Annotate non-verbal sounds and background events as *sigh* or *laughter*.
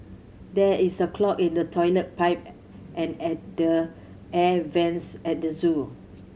there is a clog in the toilet pipe *unintelligible* and at the air vents at the zoo